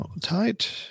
Tight